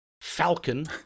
Falcon